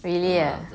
really ah